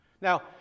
Now